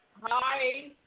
Hi